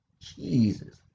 Jesus